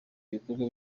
bikorwa